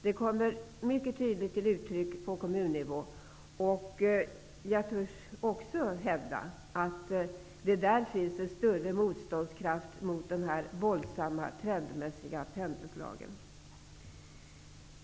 Det kommer mycket tydligt till uttryck på kommunnivå. Jag törs också hävda att det där finns en större motståndskraft mot dessa våldsamma trendmässiga pendelslag.